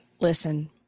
listen